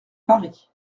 paris